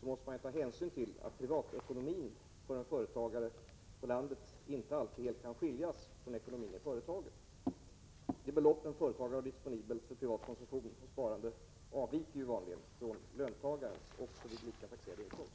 måste man givetvis ta hänsyn till att privatekonomin för en företagare på landet inte alltid helt kan skiljas från ekonomin i företaget. Det belopp en företagare har disponibelt för privat konsumtion och sparande avviker ju vanligen från löntagarens, även vid lika taxerad inkomst.